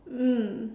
mm